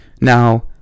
Now